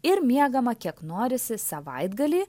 ir miegama kiek norisi savaitgalį